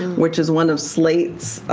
which is one of slate's,